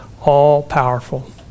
all-powerful